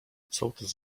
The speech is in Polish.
sołtys